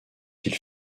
ils